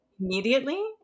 immediately